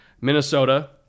Minnesota